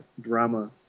drama